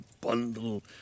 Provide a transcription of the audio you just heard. bundle